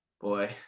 Boy